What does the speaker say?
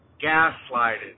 gaslighted